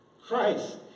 Christ